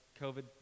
COVID